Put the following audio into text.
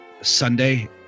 sunday